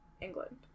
England